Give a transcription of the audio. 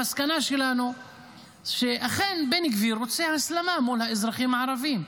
המסקנה שלנו שאכן בן גביר רוצה הסלמה מול האזרחים הערבים.